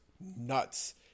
nuts